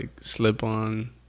slip-on